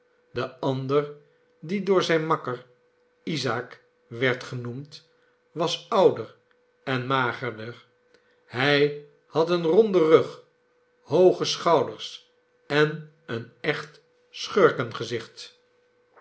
de ander die door zijn makker isaiik werd genoemd was ouder en magerder hij had een ronden rug hooge schouders en een echt